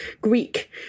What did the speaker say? Greek